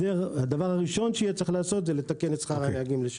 הדבר הראשון שצריך יהיה לעשות הוא לתקן את שכר הנהגים.